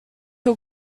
cyo